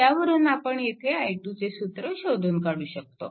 त्यावरून आपण येथे i2 चे सूत्र शोधून काढू शकतो